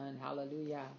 Hallelujah